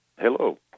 Hello